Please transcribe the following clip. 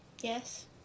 Yes